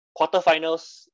quarterfinals